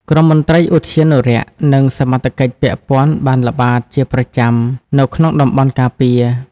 ក្រុមមន្ត្រីឧទ្យានុរក្ស និងសមត្ថកិច្ចពាក់ព័ន្ធបានល្បាតជាប្រចាំនៅក្នុងតំបន់ការពារ។